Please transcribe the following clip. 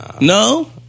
No